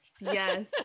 yes